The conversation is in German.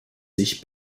sich